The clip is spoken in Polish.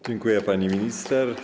Dziękuję, pani minister.